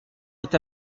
est